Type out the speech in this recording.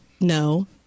No